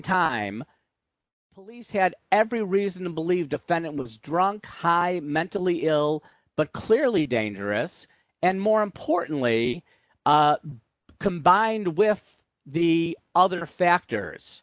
time police had every reason to believe defendant was drunk high mentally ill but clearly dangerous and more importantly combined with the other factors